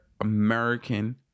American